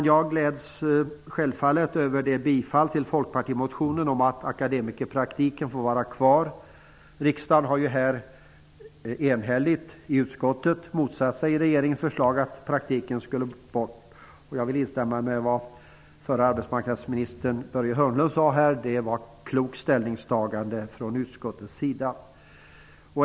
Jag gläds självfallet över tillstyrkande av fpmotionen om att akademikerpraktiken får vara kvar. Utskottet har enhälligt motsatt sig regeringens förslag om att praktiken skall bort. Jag vill instämma i det förre arbetsmarknadsminister Börje Hörnlund sade: Det var ett klokt ställningstagande från utskottets sida.